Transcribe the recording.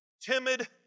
timid